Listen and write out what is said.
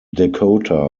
dakota